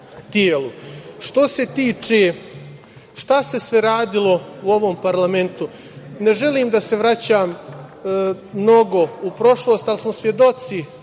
tiče toga šta se sve radilo u ovom parlamentu, ne želim da se vraćam mnogo u prošlost, ali smo svedoci